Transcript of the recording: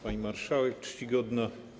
Pani Marszałek Czcigodna!